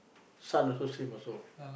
son also same also